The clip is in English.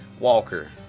Walker